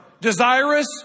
desirous